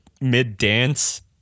mid-dance